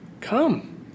come